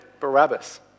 Barabbas